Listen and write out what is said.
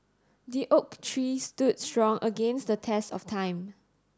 the oak tree stood strong against the test of time